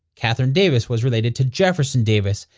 katherine davis was related to jefferson davis.